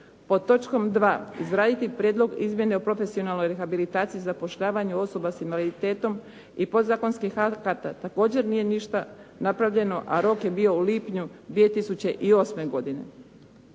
Pod točkom 2.-izraditi prijedlog izmjene o profesionalnoj rehabilitaciji i zapošljavanju osoba s invaliditetom i podzakonskih akata također nije ništa napravljeno, a rok je bio u lipnju 2008. godine.